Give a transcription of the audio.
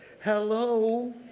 hello